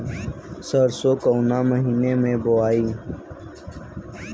सरसो काउना महीना मे बोआई?